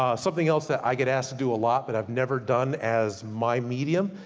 ah something else that i get asked to do a lot, but i've never done as my medium,